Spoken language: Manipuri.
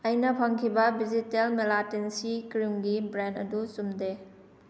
ꯑꯩꯅ ꯐꯪꯈꯤꯕ ꯚꯤꯖꯤꯇꯦꯜ ꯃꯦꯂꯥꯇꯦꯟ ꯁꯤ ꯀ꯭ꯔꯤꯝꯒꯤ ꯕ꯭ꯔꯥꯟ ꯑꯗꯨ ꯆꯨꯝꯗꯦ